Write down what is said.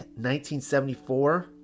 1974